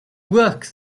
work